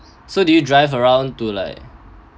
so do you drive around to like